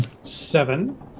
Seven